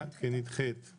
י"ח באב תשפ"א,